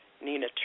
Nina